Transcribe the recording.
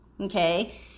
Okay